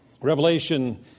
Revelation